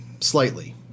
Slightly